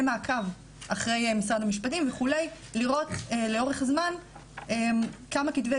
מעקב אחרי משרד המשפטים לראות לאורך זמן כמה כתבי